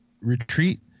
retreat